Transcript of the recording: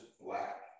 black